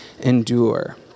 endure